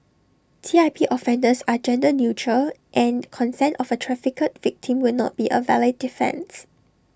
T I P offences are gender neutral and consent of A trafficked victim will not be A valid defence